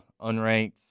unranked